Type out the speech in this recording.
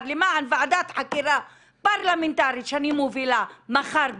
למען ועדת חקירה פרלמנטארית שאני מובילה מחר בכנסת.